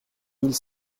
mille